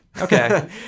Okay